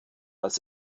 als